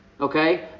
Okay